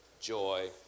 joy